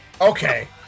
Okay